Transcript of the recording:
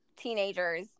teenagers